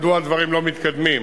מדוע הדברים לא מתקדמים,